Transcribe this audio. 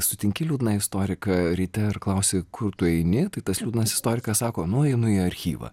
sutinki liūdną istoriką ryte ir klausi kur tu eini tai tas liūdnas istorikas sako nu einu į archyvą